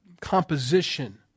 composition